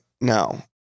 no